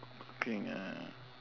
coo~cooking eh